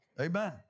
amen